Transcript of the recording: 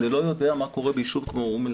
אני לא יודע מה קורה ביישוב כמו אום אל